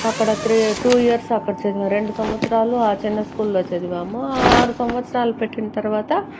అక్కడ three two years అక్కడ రెండు సంవత్సరాలు ఆ చిన్న స్కూల్లో చదివాము ఆరు సంవత్సరాలు పెట్టిన తరువాత